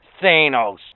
Thanos